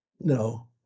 no